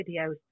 videos